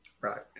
Right